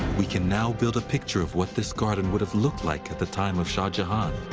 we can now build a picture of what this garden would have looked like at the time of shah jahan.